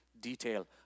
detail